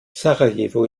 sarajevo